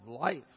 life